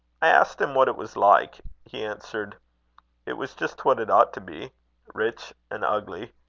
i asked him what it was like. he answered it was just what it ought to be rich and ugly.